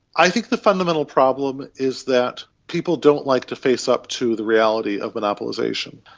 i think the fundamental problem is that people don't like to face up to the reality of monopolisation.